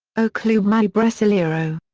o clube mais brasileiro.